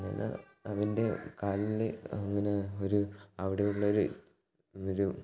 അങ്ങനെ അവൻ്റെ കാലില് അങ്ങനെ അവര് അവിടെ ഉള്ളൊരു ഒരു